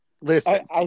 listen